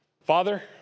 Father